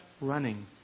running